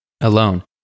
Alone